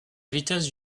vitesse